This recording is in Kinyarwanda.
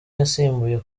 yasimbuye